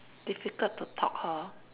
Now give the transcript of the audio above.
difficult to talk hor